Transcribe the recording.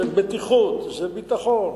זה בטיחות, זה ביטחון,